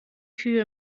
kühe